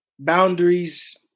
Boundaries